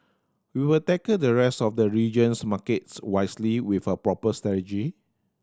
we will tackle the rest of the region's markets wisely with a proper